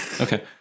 Okay